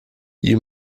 you